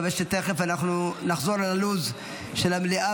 אני מקווה שתכף נחזור ללו"ז של המליאה,